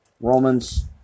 Romans